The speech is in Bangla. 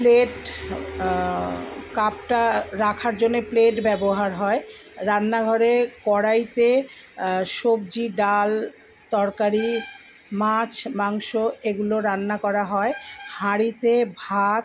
প্লেট কাপটা রাখার জন্য প্লেট ব্যবহার হয় রান্নাঘরে কড়াইতে সবজি ডাল তরকারি মাছ মাংস এগুলো রান্না করা হয় হাঁড়িতে ভাত